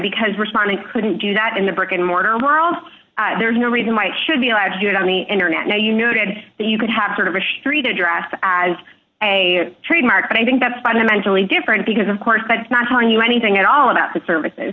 because respondents couldn't do that in the brick and mortar world there's no reason might should be allowed to do it on the internet now you noted that you could have sort of a street address as a trademark but i think that's fundamentally different because of course that's not telling you anything at all about the services